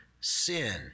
Sin